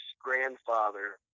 grandfather